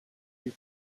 you